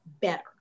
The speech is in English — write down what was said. better